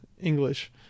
English